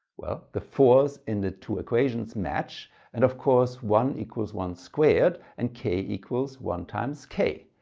well the four s in the two equations match and of course one equals one squared and k equals one times k.